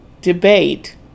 debate